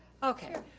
okay.